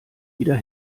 wieder